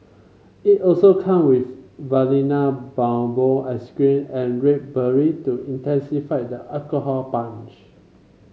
it also come with Vanilla Bourbon ice cream and red berry to intensify the alcohol punch